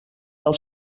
del